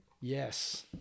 Yes